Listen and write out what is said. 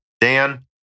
Dan